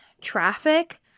traffic